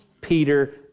Peter